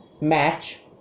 match